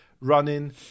running